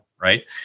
right